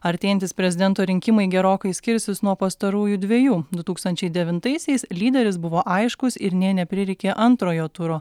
artėjantys prezidento rinkimai gerokai skirsis nuo pastarųjų dvejų du tūkstančiai devintaisiais lyderis buvo aiškus ir nė neprireikė antrojo turo